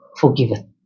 forgiven